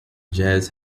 jazz